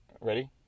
Ready